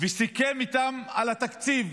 וסיכם איתם על תקציב